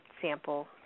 sample